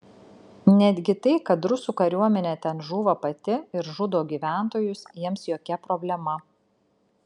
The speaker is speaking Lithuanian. netgi tai kad rusų kariuomenė ten žūva pati ir žudo gyventojus jiems jokia problema